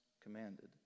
commanded